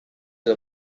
edo